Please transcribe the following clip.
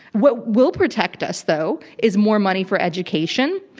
what will protect us, though, is more money for education,